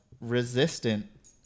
resistant